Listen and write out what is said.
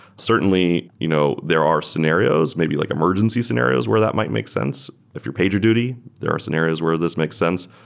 certainly, you know there are scenarios, maybe like emergency scenarios where that might make sense. if you're pagerduty, there are scenarios where this makes sense.